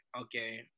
okay